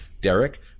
Derek